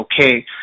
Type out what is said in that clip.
okay